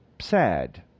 sad